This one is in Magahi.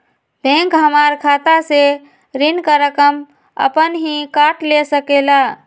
बैंक हमार खाता से ऋण का रकम अपन हीं काट ले सकेला?